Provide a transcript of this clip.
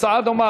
הצעה דומה,